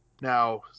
Now